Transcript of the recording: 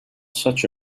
such